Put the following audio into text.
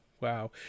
Wow